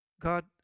God